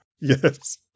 yes